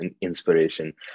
inspiration